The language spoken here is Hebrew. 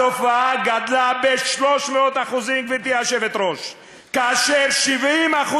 התופעה גדלה ב-300%, גברתי היושבת-ראש, כאשר 70%